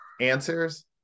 answers